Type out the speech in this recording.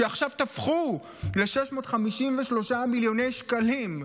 שעכשיו תפחו ל-653 מיליוני שקלים.